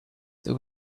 there